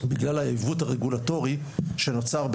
בגלל העיוות הרגולטורי שנוצר,